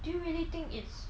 do you really think it's